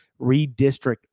redistrict